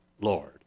Lord